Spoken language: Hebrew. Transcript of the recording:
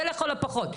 זה לכל הפחות.